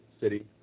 city